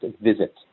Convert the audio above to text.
visit